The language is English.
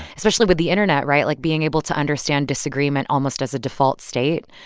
especially with the internet, right? like, being able to understand disagreement almost as a default state,